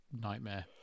nightmare